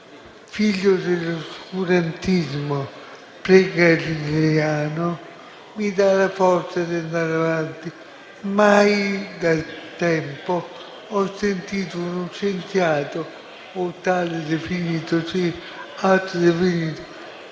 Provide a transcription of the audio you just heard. figlio dell'oscurantismo pregalileiano, mi dà la forza di andare avanti. Ormai da tempo non sentivo uno scienziato, o tale definitosi,